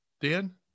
Dan